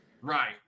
Right